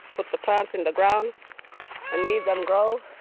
put the plants in the ground and leave them grow.